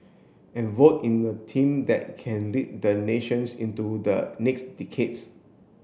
and vote in a team that can lead the nations into the next decades